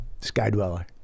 Skydweller